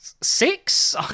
six